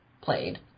played